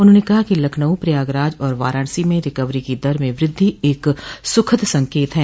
उन्होंने कहा कि लखनऊ प्रयागराज और वाराणसी में रिकवरी की दर में वृद्धि एक सुखद संकेत है